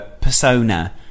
persona